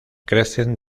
crecen